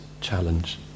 challenge